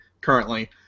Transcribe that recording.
currently